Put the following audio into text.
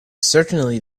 certainly